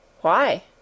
Why